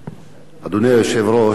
כבוד השר, חברי חברי הכנסת,